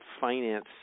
finance